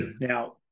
now